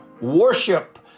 Worship